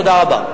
תודה רבה.